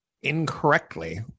incorrectly